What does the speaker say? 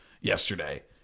yesterday